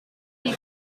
die